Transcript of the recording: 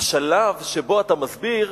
השלב שבו אתה מסביר